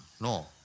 No